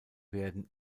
werden